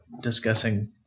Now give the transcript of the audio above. discussing